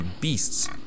beasts